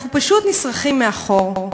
אנחנו פשוט נשרכים מאחור.